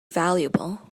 valuable